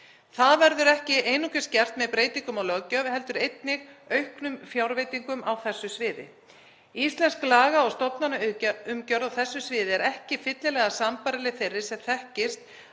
Það verður ekki einungis gert með breytingum á löggjöf heldur einnig auknum fjárveitingum á þessu sviði. Íslensk laga- og stofnanaumgjörð á þessu sviði er ekki fyllilega sambærileg þeirri sem þekkist